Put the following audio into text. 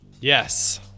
Yes